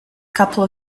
couple